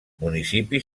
municipi